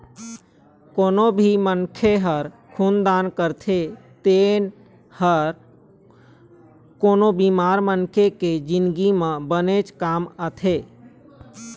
कोनो भी मनखे ह खून दान करथे तेन ह कोनो बेमार मनखे के जिनगी बर बनेच काम आथे